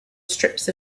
strips